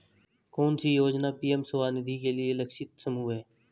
कौन सी योजना पी.एम स्वानिधि के लिए लक्षित समूह है?